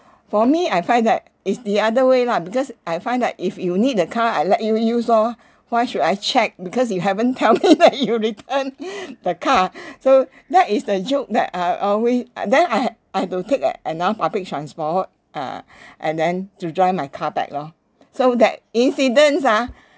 for me I find that it's the other way lah because I find that if you need the car I let you use lor why should I check because you haven't tell me that you've returned the car so that is the joke that I'll always uh then I had I had to take a~ another public transport uh and then to drive my car back lor so that incidents ah